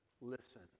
Listen